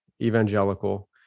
evangelical